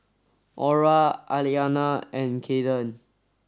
Orah Aliana and Cayden